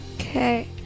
Okay